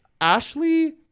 Ashley